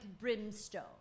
brimstone